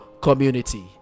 community